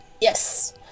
Yes